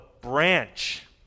branch